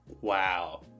Wow